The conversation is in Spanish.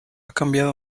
cambiado